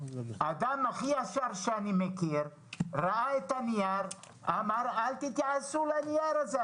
האדם הכי ישר שאני מכיר ראה את הנייר ואמר: אל תתייחסו לנייר הזה,